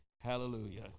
Hallelujah